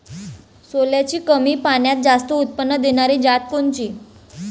सोल्याची कमी पान्यात जास्त उत्पन्न देनारी जात कोनची?